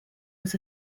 was